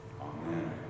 Amen